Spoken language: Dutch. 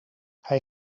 hij